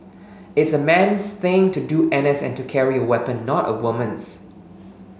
it's a man's thing to do NS and to carry a weapon not a woman's